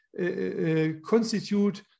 Constitute